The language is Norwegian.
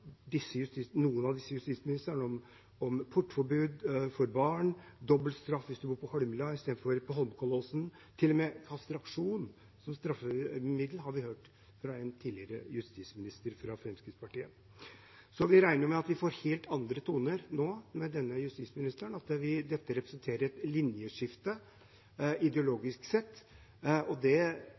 noen av disse justisministrene om portforbud for barn og dobbeltstraff hvis en bor på Holmlia istedenfor i Holmenkollåsen – til og med kastrasjon som straffemiddel har vi hørt om fra en tidligere justisminister fra Fremskrittspartiet. Så vi regner med at det blir helt andre toner nå, med denne justisministeren, at dette representerer et linjeskifte, ideologisk sett, og